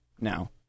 now